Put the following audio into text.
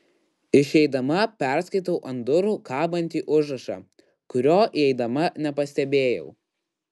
išeidama perskaitau ant durų kabantį užrašą kurio įeidama nepastebėjau